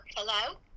Hello